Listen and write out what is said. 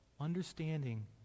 understanding